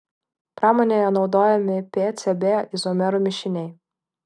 pramonėje naudojami pcb izomerų mišiniai